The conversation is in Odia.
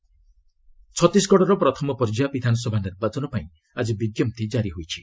ଛତିଶଗଡ଼ ନୋଟିଫିକେସନ୍ ଛତିଶଗଡ଼ର ପ୍ରଥମ ପର୍ଯ୍ୟାୟ ବିଧାନସଭା ନିର୍ବାଚନ ପାଇଁ ଆଜି ବିଜ୍ଞପ୍ତି ଜାରି ହୋଇଛି